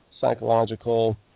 psychological